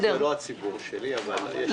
הרוב זה לא הציבור שלי אבל יש לי אחריות.